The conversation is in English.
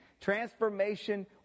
Transformation